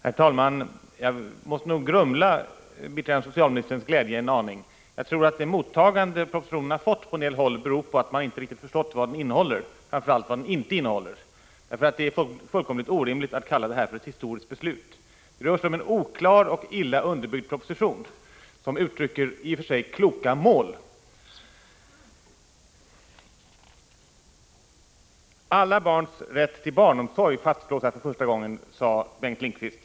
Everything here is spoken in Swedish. Herr talman! Jag måste nog grumla biträdande socialministerns glädje en aning. Jag tror att det mottagande propositionen har fått på en del håll beror på att man inte förstått vad den innehåller, framför allt inte vad den inte innehåller. Det är fullkomligt orimligt att tala om ett historiskt beslut. Det rör sig om en oklar och illa underbyggd proposition, som i och för sig uttrycker kloka mål. Alla barns rätt till barnomsorg fastslås nu för första gången, sade Bengt Lindqvist.